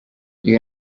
you